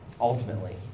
Ultimately